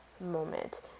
moment